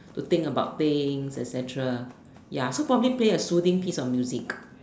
to think about things et-cetera ya so probably play a soothing piece of music